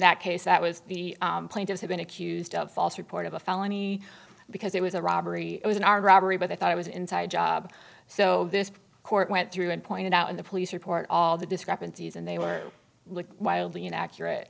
that case that was the plaintiffs have been accused of false report of a felony because it was a robbery was an armed robbery but they thought it was inside job so this court went through and pointed out in the police report all the discrepancies and they were wildly inaccurate